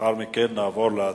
לאחר מכן נעבור להצבעה.